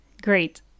Great